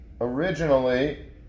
Originally